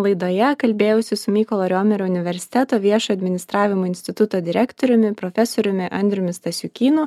laidoje kalbėjausi su mykolo riomerio universiteto viešo administravimo instituto direktoriumi profesoriumi andriumi stasiukynu